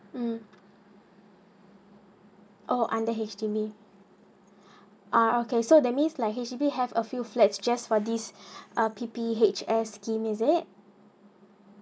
mm oh under H_D_B ah okay so that means like H_D_B have a few flats just for this uh P_P_H_S scheme is it